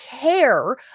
care